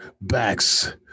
backs